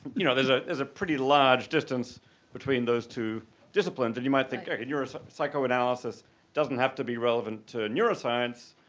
you know, there's ah there's a pretty large distance between those two disciplines, and you might think, psychoanalysis doesn't have to be relevant to neuroscience,